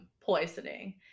poisoning